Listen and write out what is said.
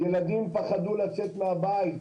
ילדים פחדו לצאת מהבית,